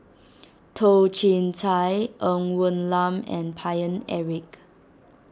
Toh Chin Chye Ng Woon Lam and Paine Eric